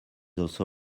also